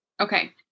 Okay